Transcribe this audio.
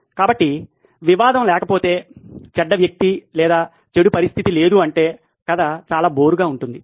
కాబట్టి వివాదం లేకపోతే చెడ్డ వ్యక్తి లేదా చెడు పరిస్థితి లేదు అంటే కథ చాలా బోర్ గా ఉంటుంది